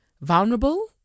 vulnerable